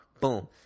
Boom